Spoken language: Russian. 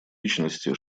личности